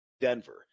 Denver